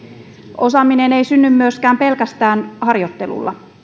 osaaminen ei synny myöskään pelkästään harjoittelulla